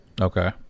Okay